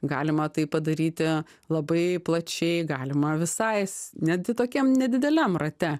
galima tai padaryti labai plačiai galima visai es netgi tokiam nedideliam rate